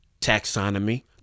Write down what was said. Taxonomy